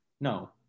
no